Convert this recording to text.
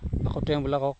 আকৌ তেওঁবিলাকক